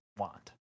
want